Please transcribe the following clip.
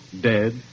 dead